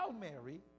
Mary